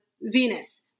venus